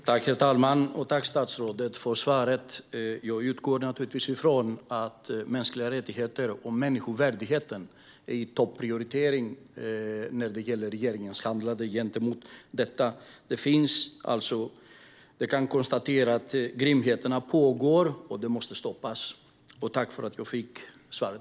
Herr talman! Tack, statsrådet, för svaret! Jag utgår naturligtvis från att mänskliga rättigheter och människovärdighet är topprioriterade när det gäller regeringens handlande. Grymheterna pågår, och de måste stoppas. Tack för svaret!